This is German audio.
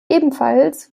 ebenfalls